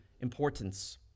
importance